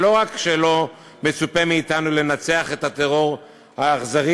שלא רק שלא מצופה מאתנו לנצח את הטרור האכזרי,